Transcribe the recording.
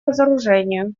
разоружению